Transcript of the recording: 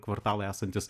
kvartalai esantys